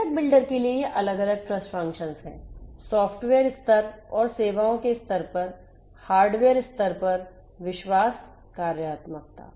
घटक बिल्डर के लिए ये अलग अलग ट्रस्ट फ़ंक्शंस हैं सॉफ्टवेयर स्तर और सेवाओं के स्तर पर हार्डवेयर स्तर पर विश्वास कार्यात्मकता